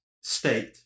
state